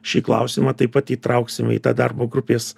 šį klausimą taip pat įtrauksim į tą darbo grupės